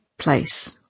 place